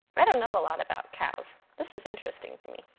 i don't know a lot about cows, this is interesting to me.